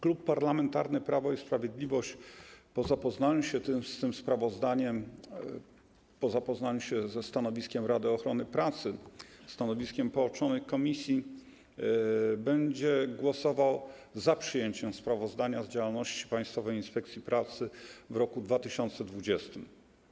Klub Parlamentarny Prawo i Sprawiedliwość po zapoznaniu się z tym sprawozdaniem oraz ze stanowiskiem Rady Ochrony Pracy i stanowiskiem połączonych komisji będzie głosował za przyjęciem sprawozdania z działalności Państwowej Inspekcji Pracy w roku 2020.